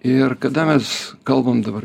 ir kada mes kalbam dabar